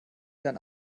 dann